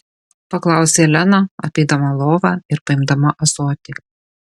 paklausė lena apeidama lovą ir paimdama ąsotį